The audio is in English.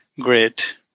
Great